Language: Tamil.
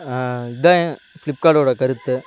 இதான் ஏ ஃப்ளிப்கார்ட்டோடய கருத்து